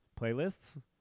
Playlists